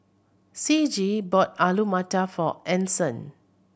Ciji bought Alu Matar for Anson